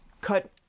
Cut